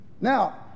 Now